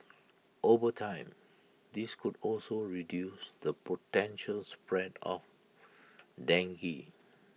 over time this could also reduce the potential spread of dengue